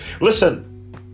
Listen